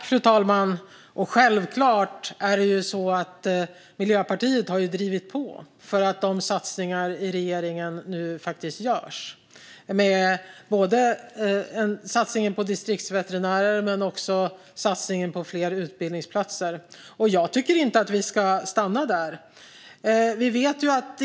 Fru talman! Miljöpartiet har givetvis drivit på regeringens satsningar. Det gäller både satsningen på distriktsveterinärer och satsningen på fler utbildningsplatser. Men vi ska inte stanna där.